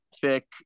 thick